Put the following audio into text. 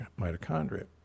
mitochondria